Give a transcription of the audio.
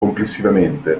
complessivamente